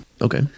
Okay